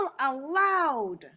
allowed